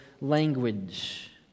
language